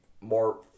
more